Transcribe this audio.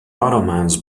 ottomans